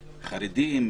חרדים,